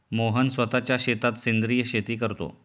मोहन स्वतःच्या शेतात सेंद्रिय शेती करतो